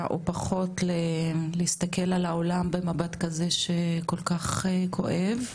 או פחות להסתכל על העולם במבט כזה שכל כך כואב.